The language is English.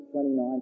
29